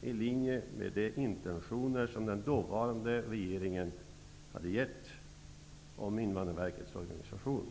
i linje med de intentioner som den dåvarande regeringen hade vad gällde Invandrarverkets organisation.